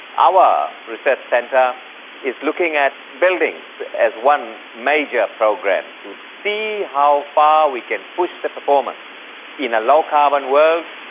our research centre is looking at buildings as one major program, to see how far we can push the performance in a low carbon world,